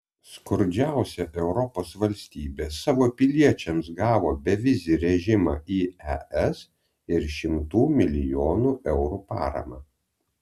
skurdžiausia europos valstybė savo piliečiams gavo bevizį režimą į es ir šimtų milijonų eurų paramą